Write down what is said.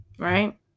right